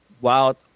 Wild